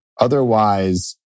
Otherwise